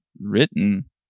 written